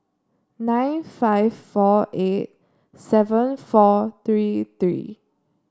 nine five four eight seven four three three